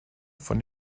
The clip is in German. von